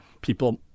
people